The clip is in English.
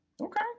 Okay